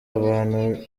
abantu